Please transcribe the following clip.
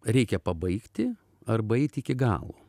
reikia pabaigti arba eiti iki galo